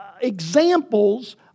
examples